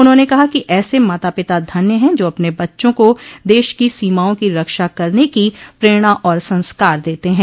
उन्होंने कहा कि ऐसे माता पिता धन्य है जो अपने बच्चों को देश की सीमाओं की रक्षा करने की प्रेरणा और संस्कार देते हैं